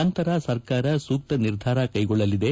ನಂತರ ಸರ್ಕಾರ ಸೂಕ್ತ ನಿರ್ಧಾರ ಕೈಗೊಳ್ಳಲಿದೆ